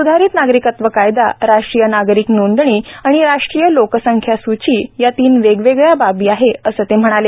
सुधारित नागरिकत्व कायदा राष्ट्रीय नागरिक नोंदणी आणि राष्ट्रीय लोकसंख्या सूची या तीन वेगवेगळया बाबी आहेत असं ते म्हणाले